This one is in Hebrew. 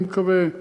אני מקווה,